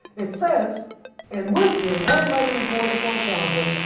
it says and with him one hundred and forty four thousand,